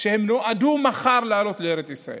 שהם נועדו מחר לעלות לארץ ישראל,